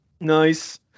Nice